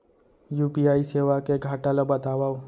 UPI सेवा के घाटा ल बतावव?